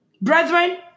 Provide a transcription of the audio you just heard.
Brethren